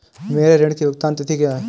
मेरे ऋण की भुगतान तिथि क्या है?